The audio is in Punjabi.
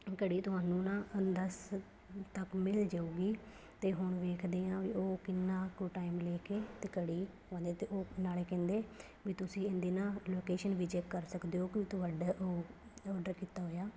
ਘੜੀ ਤੁਹਾਨੂੰ ਨਾ ਦਸ ਤੱਕ ਮਿਲ ਜਾਵੇਗੀ ਅਤੇ ਹੁਣ ਵੇਖਦੇ ਹਾਂ ਵੀ ਉਹ ਕਿੰਨਾ ਕੁ ਟਾਈਮ ਲੈ ਕੇ ਅਤੇ ਘੜੀ ਉਹਦੇ 'ਤੇ ਉਹ ਨਾਲ ਕਹਿੰਦੇ ਵੀ ਤੁਸੀਂ ਇਹਦੀ ਨਾ ਲੋਕੇਸ਼ਨ ਵੀ ਚੈੱਕ ਕਰ ਸਕਦੇ ਹੋ ਕਿ ਤੁਹਾਡੇ ਉਹ ਆਰਡਰ ਕੀਤਾ ਹੋਇਆ